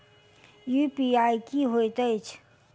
UPI की होइत अछि